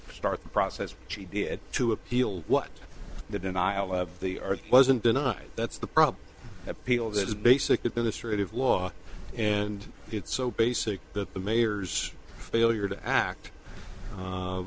start the process she did it to appeal what the denial of the earth wasn't denied that's the problem appeal that is basic administrative law and it's so basic that the mayor's failure to act